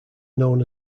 known